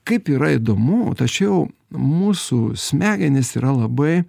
kaip yra įdomu tačiau mūsų smegenys yra labai